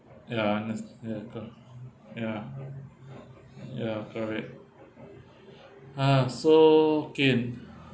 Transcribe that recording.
ya I understand c~ ya ya correct uh so okay in